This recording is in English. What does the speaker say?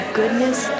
goodness